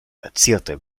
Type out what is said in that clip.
verzierte